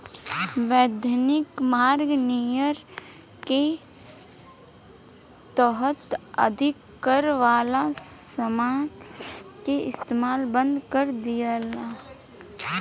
वैधानिक मार्ग नियर के तहत अधिक कर वाला समान के इस्तमाल बंद कर दियाला